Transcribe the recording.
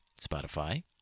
Spotify